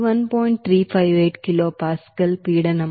358 kilopascal pressure మరియు 258